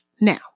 Now